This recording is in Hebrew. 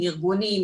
ארגונים,